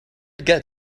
get